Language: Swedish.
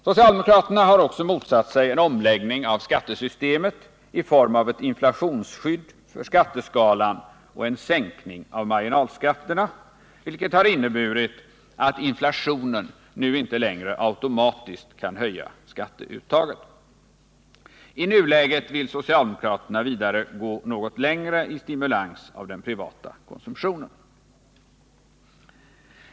Socialdemokraterna har också motsatt sig en omläggning av skattesystemet i form av ett inflationsskydd för skatteskalan och en sänkning av marginalskatterna, vilket har inneburit att inflationen nu inte längre automatiskt kan höja skatteuttaget. I nuläget vill socialdemokraterna vidare gå något längre i stimulans av den privata konsumtionen.